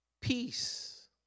peace